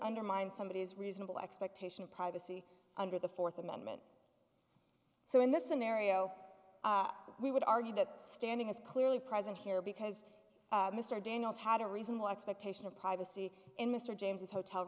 undermine somebody is reasonable expectation of privacy under the fourth amendment so in this scenario we would argue that standing is clearly present here because mr daniels had a reasonable expectation of privacy in mr james's hotel